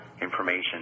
information